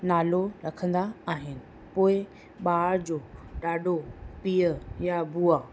नालो रखंदा आहिनि पोइ ॿार जो ॾाॾो पीअ या बूआ